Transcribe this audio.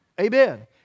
Amen